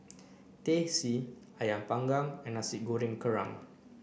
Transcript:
Teh C Ayam panggang and Nasi Goreng Kerang